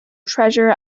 treasure